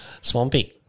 swampy